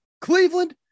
Cleveland